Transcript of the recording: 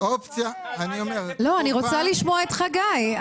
אני רוצה לשמוע את חגי.